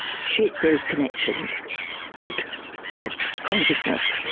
shake those connections out of consciousness,